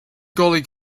gully